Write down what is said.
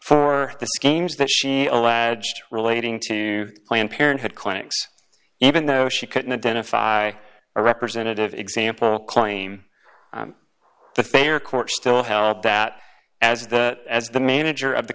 alleged relating to planned parenthood clinics even though she couldn't identify a representative example claim the fair court still held that as the as the manager of the